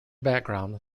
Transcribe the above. background